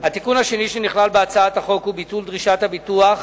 התיקון השני שנכלל בהצעת החוק הוא ביטול דרישת הביטוח